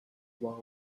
vow